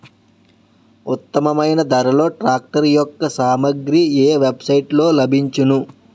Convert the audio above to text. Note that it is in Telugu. ఉత్తమమైన ధరలో ట్రాక్టర్ యెక్క సామాగ్రి ఏ వెబ్ సైట్ లో లభించును?